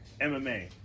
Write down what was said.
MMA